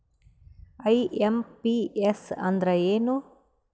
IMPS ಅಂದ್ರ ಏನು?